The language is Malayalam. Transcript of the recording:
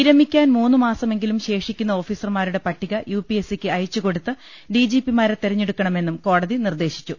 വിരമിക്കാൻ മൂന്ന് മാസമെങ്കിലും ശേഷിക്കുന്ന ഓഫീസർമാരുടെ പട്ടിക യു പി എസ് സിക്ക് അയച്ചു കൊടുത്ത് ഡി ജി പിമാരെ തെരഞ്ഞെടുക്ക ണമെന്നും കോടതി നിർദേശിച്ചു